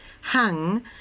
hung